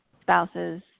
spouses